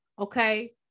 okay